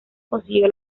consiguió